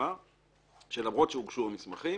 שלמרות שהוגשו המסמכים